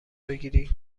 بگیری